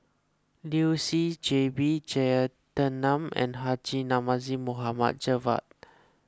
Liu Si J B Jeyaretnam and Haji Namazie Mohd Javad